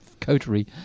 coterie